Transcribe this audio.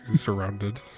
surrounded